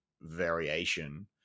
variation